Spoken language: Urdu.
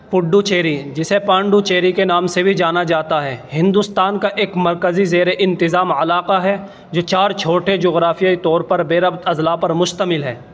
پڈوچیری جسے پانڈوچیری کے نام سے بھی جانا جاتا ہے ہندوستان کا ایک مرکزی زیر انتظام علاقہ ہے جو چار چھوٹے جغرافیائی طور پر بے ربط اضلاع پر مشتمل ہے